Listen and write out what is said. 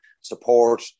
support